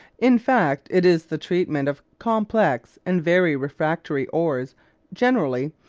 in fact it is the treatment of complex and very refractory ores generally,